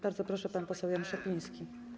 Bardzo proszę, pan poseł Jan Szopiński.